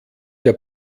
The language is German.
der